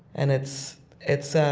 and it's it's so